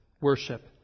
worship